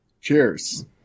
Cheers